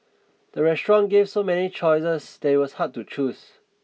the restaurant gave so many choices that it was hard to choose